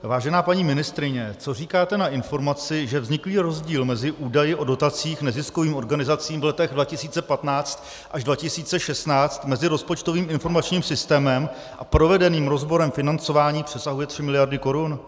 Vážená paní ministryně, co říkáte na informaci, že vzniklý rozdíl mezi údaji o dotacích neziskovým organizacím v letech 2015 až 2016 mezi rozpočtovým informačním systémem a provedeným rozborem financování přesahuje tři miliardy korun?